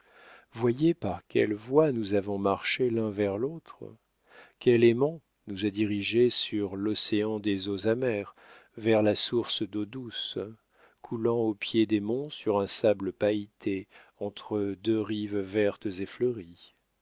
voyez par quelles voies nous avons marché l'un vers l'autre quel aimant nous a dirigés sur l'océan des eaux amères vers la source d'eau douce coulant au pied des monts sur un sable pailleté entre deux rives vertes et fleuries